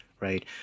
right